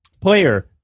Player